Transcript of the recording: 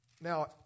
now